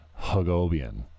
hugobian